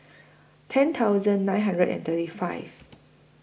ten thousand nine hundred and thirty five